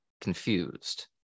confused